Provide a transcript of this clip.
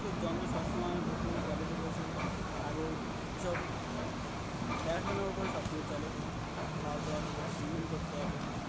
পশুর জন্য সব সময় পশু গাভীত পশু ছাগল এসব দেখাশোনার উপরে সব কিছু চলে খাওয়া দাওয়ার ও উপরে ট্রিটমেন্ট করতে হবে